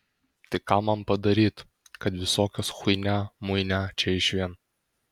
tai ką man padaryt kad visokios chuinia muinia čia išvien